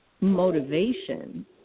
motivation